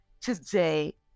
today